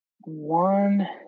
one